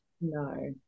No